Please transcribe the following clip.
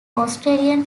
australian